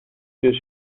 dus